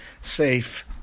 safe